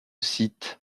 site